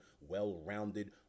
well-rounded